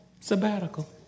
sabbatical